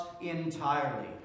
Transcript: entirely